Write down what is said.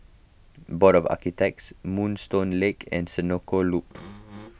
Board of Architects Moonstone Lane and Senoko Loop